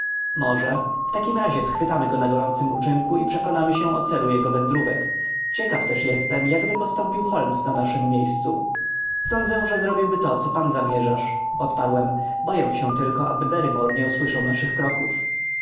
może w takim razie schwytamy go na gorącym uczynku i przekonamy się o celu jego wędrówek ciekaw też jestem jakby postąpił holmes na naszem miejscu sądzę że zrobiłby to samo co pan zamierzasz odparłem boję się tylko aby barrymore nie usłyszał naszych kroków